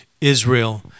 Israel